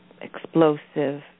explosive